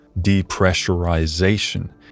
depressurization